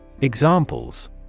Examples